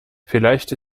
vielleicht